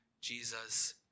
Jesus